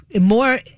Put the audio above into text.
more